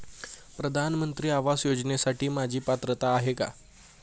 प्रधानमंत्री आवास योजनेसाठी माझी पात्रता आहे का?